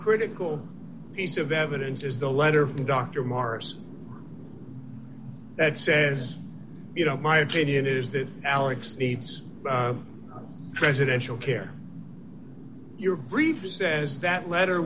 critical piece of evidence is the letter from doctor marrs that says you know my opinion is that alex needs residential care your brief says that letter